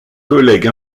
collègues